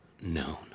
known